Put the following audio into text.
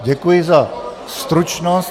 Děkuji za stručnost.